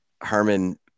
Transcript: Herman